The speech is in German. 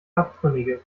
abtrünnige